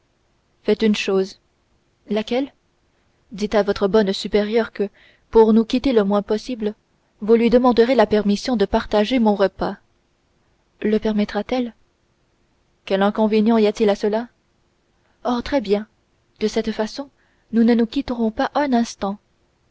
faites une chose laquelle dites à votre bonne supérieure que pour nous quitter le moins possible vous lui demanderez la permission de partager mon repas le permettra t elle quel inconvénient y a-t-il à cela oh très bien de cette façon nous ne nous quitterons pas un instant